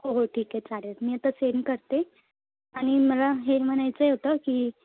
हो हो ठीक आहे चालेल मी आत्ता सेंड करते आणि मला हे म्हणायचंय होतं की